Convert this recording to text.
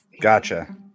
Gotcha